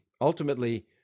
ultimately